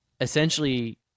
essentially